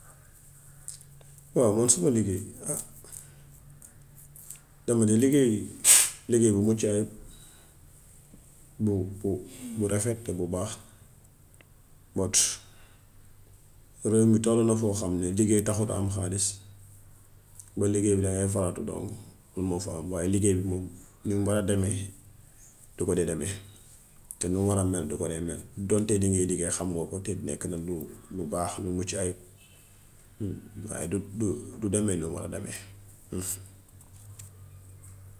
Waaw man suma liggéey. Dama dee liggéey liggéey bu mucc ayib bu bu bu rafet bu baax bot. Réew mi tollu na foo xam ni liggéey taxut am xaalis. Boo liggéeyul daŋaay faatu doŋŋ moo fa am waaye liggéey bi moom nim daa deme du ko dee deme te num war a mel du ko dee mel donte li ñuy liggéey xamoo ko te nekk na lu baax, lu muccu ayib waaye du du du deme nam war a deme.